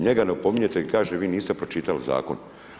Njega ne opominjete i kaže vi niste pročitali zakon.